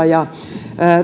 ja